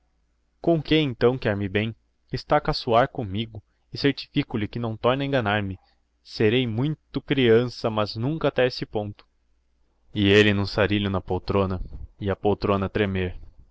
com que então quer-me bem esta a caçoar commigo e certifico lhe que não torna a enganar me serei muito creança mas nunca até esse ponto e elle n'um sarilho na poltrona e a poltrona a tremer